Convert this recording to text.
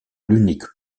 l’unique